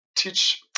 teach